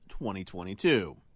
2022